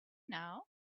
now